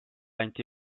anti